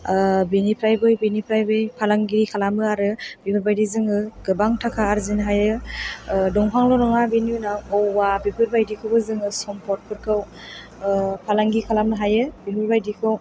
बेनिफ्राय बै बेनिफ्राय बै फालांगि खालामो आरो बेफोरबायदि जोङो गोबां थाखा आरजिनो हायो दंफांल' नङा बेनि उनाव औवा बेफोरबायदिखौबो जों सम्पदफोरखौ फालांगि खालामनो हायो बेफोरबायदिखौ